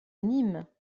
nîmes